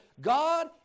God